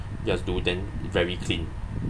just do then very clean